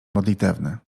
modlitewny